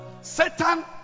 Satan